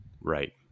right